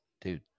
dude